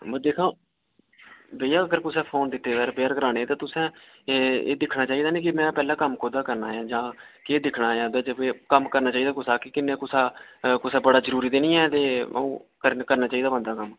दिक्ख हां भैया अगर कुसै ने फोन दित्ते दा रपेयर कराने ते तुसें एह् एह् दिक्खना चाहिदा नेईं कि में पैह्लें कम्म कोहदा करना ऐ जां केह् दिक्खना ऐ एह्दे बिच्च कम्म करना चाहिदा कुसै दा कि किन्ने कुसै दा बड़ा जरूरी ते नेईं ऐ करना चाहिदा बंदे दा कम्म